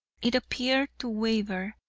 it appeared to waver,